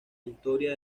historia